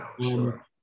sure